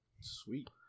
Sweet